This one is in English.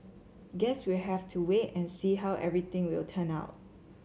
guess we'll have to wait and see how everything will turn out